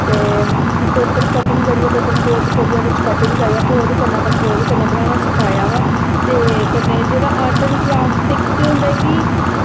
ते पेपर गी कटिंग करियै पेपर फोलड करियै फिर उस च कटिंग करियै फिर ओह्दा कन्नै मतलब ओहदे कन्नै बनाना सिक्खेआ ते जेह्ड़ा आर्ट एंड कराफ्ट जेह्ड़ा होंदा ऐ